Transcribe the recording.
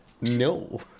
No